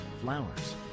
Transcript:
flowers